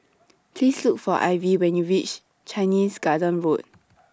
Please Look For Ivey when YOU REACH Chinese Garden Road